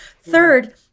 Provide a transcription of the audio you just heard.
Third